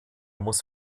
muss